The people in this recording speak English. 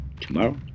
tomorrow